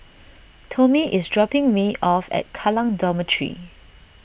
Tomie is dropping me off at Kallang Dormitory